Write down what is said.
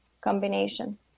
combination